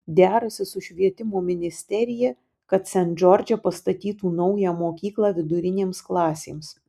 derasi su švietimo ministerija kad sent džordže pastatytų naują mokyklą vidurinėms klasėms